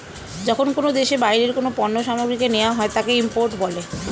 যখন কোনো দেশে বাইরের কোনো পণ্য সামগ্রীকে নেওয়া হয় তাকে ইম্পোর্ট বলে